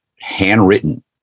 handwritten